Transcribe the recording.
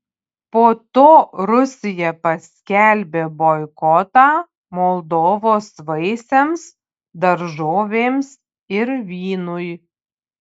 po to rusija paskelbė boikotą moldovos vaisiams daržovėms ir vynui